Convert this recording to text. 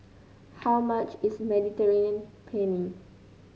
how much is Mediterranean Penne